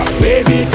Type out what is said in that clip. baby